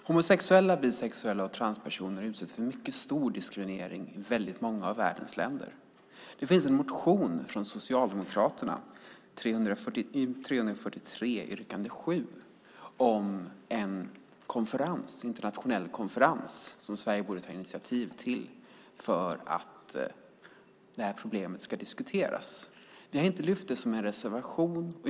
Fru talman! Homosexuella, bisexuella och transpersoner utsätts för en mycket stor diskriminering i väldigt många länder i världen. Det finns en motion från Socialdemokraterna, 343 yrkande 7, om en internationell konferens som Sverige borde ta initiativ till för att det här problemet ska diskuteras. Vi har inte lyft fram det som en reservation.